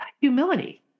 humility